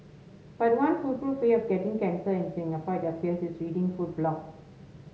but one foolproof way of getting cancer in Singapore it appears is reading food blogs